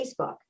Facebook